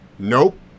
Nope